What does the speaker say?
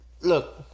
Look